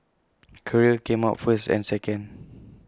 Korea came out first and second